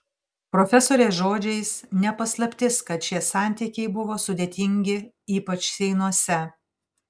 profesorės žodžiais ne paslaptis kad šie santykiai buvo sudėtingi ypač seinuose